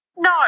No